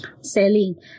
selling